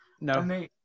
No